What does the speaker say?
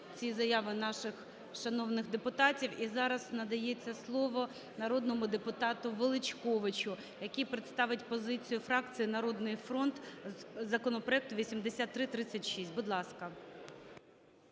всі заяви наших шановних депутатів, і зараз надається слово народному депутату Величковичу, який представить позицію фракції "Народний фронт" законопроекту 8336. Будь ласка.